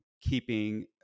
keeping